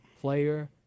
player